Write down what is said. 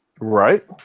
Right